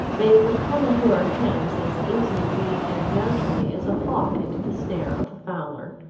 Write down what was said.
they would come into our hands as easily and naturally as a hawk into the snare of the fowler.